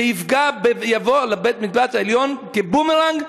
זה יבוא לבית-המשפט העליון כבומרנג,